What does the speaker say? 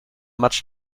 much